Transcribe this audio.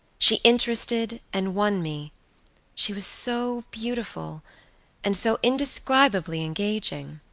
she interested and won me she was so beautiful and so indescribably engaging.